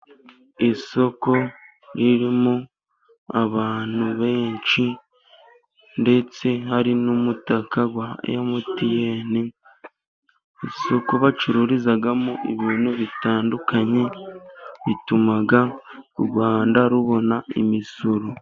Isoko ririmo abantu benshi ndetse hari n'umutaka wa Emutiyeni, isoko bacururizamo ibintu bitandukanye, bituma u Rwanda rubona imisoro.